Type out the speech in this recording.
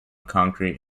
concrete